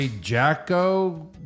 Jacko